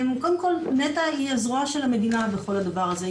קודם כל נת"ע היא הזרוע של המדינה בכל הדבר הזה,